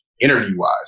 interview-wise